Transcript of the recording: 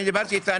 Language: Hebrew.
ואני דיברתי איתה,